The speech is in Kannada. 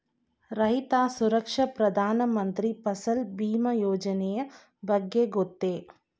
ರೈತ ಸುರಕ್ಷಾ ಪ್ರಧಾನ ಮಂತ್ರಿ ಫಸಲ್ ಭೀಮ ಯೋಜನೆಯ ಬಗ್ಗೆ ಗೊತ್ತೇ?